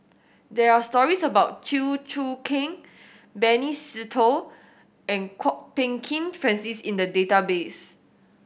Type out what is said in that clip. there are stories about Chew Choo Keng Benny Se Teo and Kwok Peng Kin Francis in the database